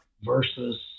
versus